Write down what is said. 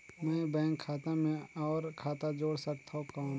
मैं बैंक खाता मे और खाता जोड़ सकथव कौन?